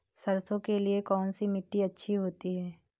सरसो के लिए कौन सी मिट्टी अच्छी होती है?